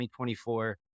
2024